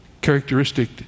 characteristic